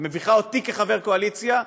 היא מביכה אותי כחבר קואליציה.